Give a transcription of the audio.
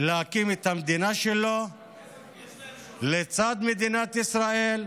להקים את המדינה שלו לצד מדינת ישראל.